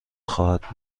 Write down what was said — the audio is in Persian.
خواهد